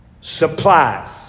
supplies